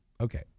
okay